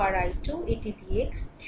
এটি Vx